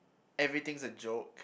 everything is a joke